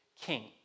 king